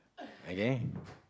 okay